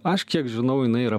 aš kiek žinau jinai yra